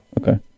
Okay